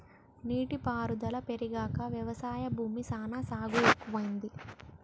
నీటి పారుదల పెరిగాక వ్యవసాయ భూమి సానా సాగు ఎక్కువైంది